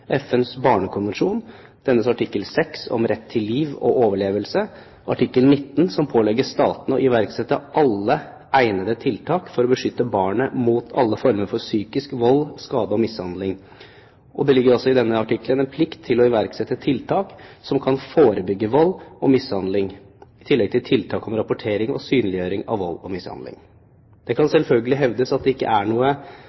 FNs barnekonvensjon og dennes artikkel 6 om rett til liv og overlevelse og artikkel 19, som pålegger statene å iverksette alle egnede tiltak for å beskytte barnet mot alle former for psykisk vold, skade og mishandling. Det ligger i denne artikkelen en plikt til å iverksette tiltak som kan forebygge vold og mishandling, i tillegg tiltak med hensyn til rapportering og synliggjøring av vold og mishandling. Det kan